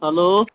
hello